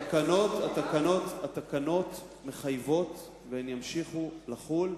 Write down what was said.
התקנות מחייבות, והן ימשיכו לחול.